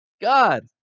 God